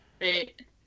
right